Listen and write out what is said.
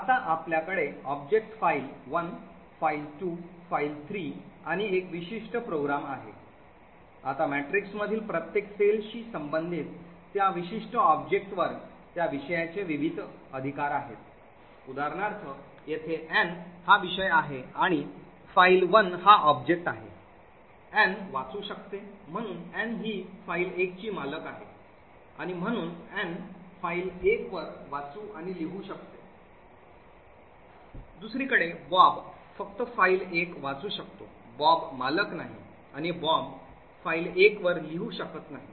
आपल्याकडे object file 1 file 2 file 3 file 1 file 2 file 3 आणि एक विशिष्ट प्रोग्राम आहे आता मॅट्रिक्समधील प्रत्येक सेलशी संबंधित त्या विशिष्ट ऑब्जेक्टवर त्या विषयाचे विविध अधिकार आहेत उदाहरणार्थ येथे Ann हा विषय आहे आणि फाईल १ हा ऑब्जेक्ट आहे Ann वाचू शकते म्हणून Ann ही फाईल १ ची मालक आहे आणि म्हणून Ann फाईल 1 वर वाचू आणि लिहू शकते दुसरीकडे Bob फक्त फाईल 1 वाचू शकतो Bob मालक नाही आणि Bob फाईल 1 वर लिहु शकत नाही